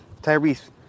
Tyrese